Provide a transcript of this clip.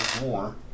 more